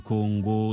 Kongo